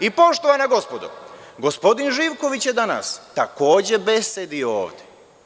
I, poštovana gospodo, gospodin Živković je danas takođe besedio ovde.